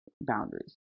Boundaries